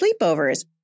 sleepovers